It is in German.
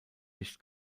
nicht